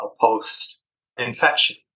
post-infection